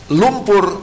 lumpur